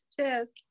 Cheers